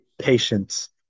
Patience